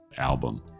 album